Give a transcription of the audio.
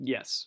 Yes